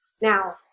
Now